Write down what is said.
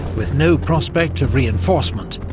with no prospect of reinforcement,